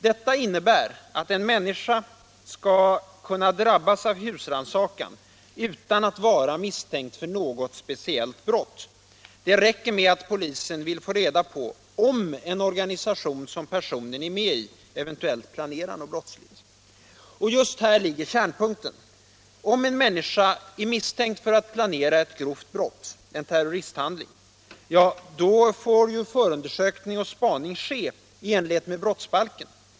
Detta innebär att en människa skall kunna drabbas av husrannsakan utan att vara misstänkt för något speciellt brott. Det räcker med att polisen vill få reda på om en organisation som personen är med i eventuellt planerar något brottsligt. Just här ligger kärnpunkten. Om en människa är misstänkt för att planera ett grovt brott, en terroristhandling — ja, då får ju förundersökning och spaning ske i enlighet med brottsbalken.